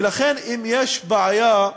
ולכן, אם יש בעיה,